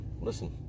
listen